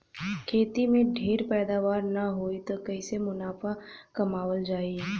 खेती में ढेर पैदावार न होई त कईसे मुनाफा कमावल जाई